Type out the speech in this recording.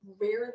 rarely